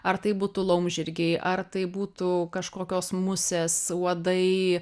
ar tai būtų laumžirgiai ar tai būtų kažkokios musės uodai